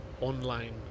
online